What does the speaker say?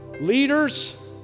leaders